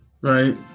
right